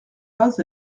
pas